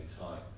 time